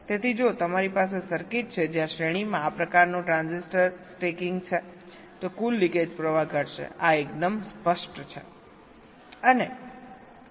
તેથી જો તમારી પાસે સર્કિટ છે જ્યાં શ્રેણીમાં આ પ્રકારનું ટ્રાન્ઝિસ્ટર સ્ટેકીંગ છે તો કુલ લિકેજ કરંટ ઘટશે આ એકદમ સ્પષ્ટ છે